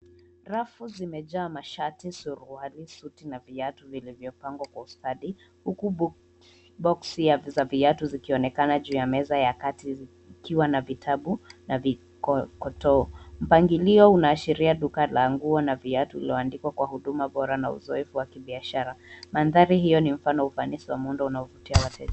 Rafu zimejaa mashati, suruali, suti, na viatu vilivyopangwa kwa ustadi, huku boksi za viatu zikionekana juu ya meza ya kati zikiwa na vitabu na vikokotoo. Mpangilio unaashiria duka la nguo na viatu vilivyoandikwa kwa huduma bora na uzoefu wa kibiashara. Mandhari hiyo ni mfano wa ufanisi wa muundo unaovutia wateja.